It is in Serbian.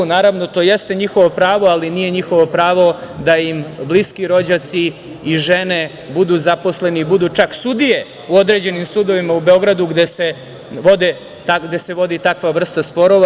Naravno to jeste njihovo pravo, ali nije njihovo pravo da im bliski rođaci i žene budu zaposleni, budu čak sudije u određenim sudovima u Beogradu gde se vodi takva vrsta sporova.